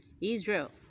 Israel